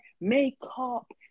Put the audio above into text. makeup